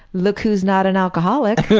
look who's not an alcoholic',